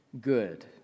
good